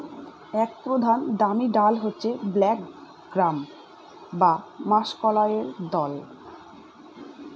এক প্রধান দামি ডাল হচ্ছে ব্ল্যাক গ্রাম বা মাষকলাইর দল